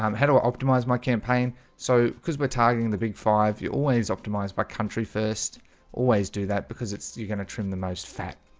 um how do i optimize my campaign so because we're targeting the big five you always optimize by country first always do that because it's your gonna trim the most fat